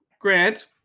Grant